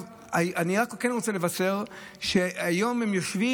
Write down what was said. אני רק כן רוצה לבשר שהיום הם יושבים